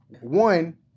one